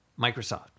Microsoft